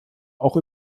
auch